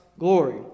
Glory